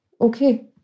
Okay